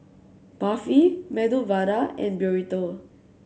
Barfi Medu Vada and Burrito